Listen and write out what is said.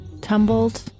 tumbled